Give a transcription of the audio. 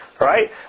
right